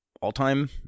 all-time